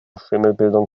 schimmelbildung